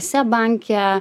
seb banke